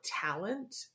talent